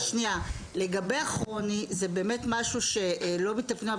לגבי הכרונית זה באמת משהו שלא מתפקידינו,